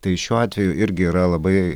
tai šiuo atveju irgi yra labai